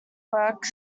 work